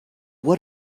what